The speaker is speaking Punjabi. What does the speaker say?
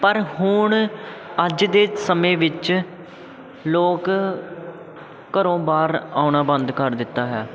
ਪਰ ਹੁਣ ਅੱਜ ਦੇ ਸਮੇਂ ਵਿੱਚ ਲੋਕ ਘਰੋਂ ਬਾਹਰ ਆਉਣਾ ਬੰਦ ਕਰ ਦਿੱਤਾ ਹੈ